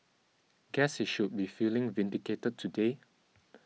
guess he should be feeling vindicated today